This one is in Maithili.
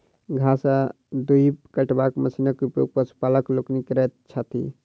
घास वा दूइब कटबाक मशीनक उपयोग पशुपालक लोकनि करैत छथि